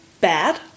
bad